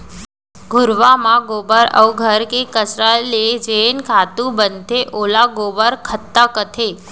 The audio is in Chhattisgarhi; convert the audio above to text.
घुरूवा म गोबर अउ घर के कचरा ले जेन खातू बनथे ओला गोबर खत्ता कथें